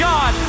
God